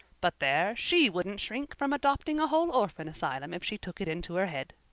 but there, she wouldn't shrink from adopting a whole orphan asylum if she took it into her head.